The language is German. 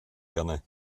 gerne